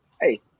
hey